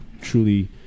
truly